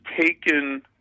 taken